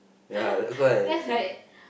that's like